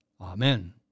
Amen